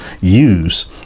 use